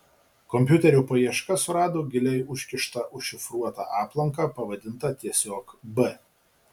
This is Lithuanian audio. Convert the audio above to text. kompiuterio paieška surado giliai užkištą užšifruotą aplanką pavadintą tiesiog b